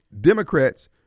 Democrats